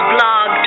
Blog